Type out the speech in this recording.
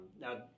Now